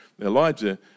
Elijah